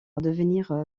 devenir